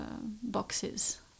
boxes